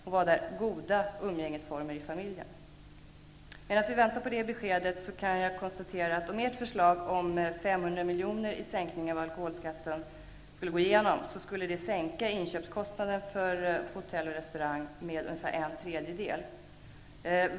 Och vad är goda umgängesformer i familjen? Medan jag väntar på besked om detta kan jag konstatera att om Ny demokratis förslag om 500 miljoner i sänkning av alkoholskatten skulle gå igenom skulle det sänka inköpskostnaden för hotell och restaurangbranschen med ungefär en tredjedel.